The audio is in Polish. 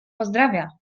pozdrawia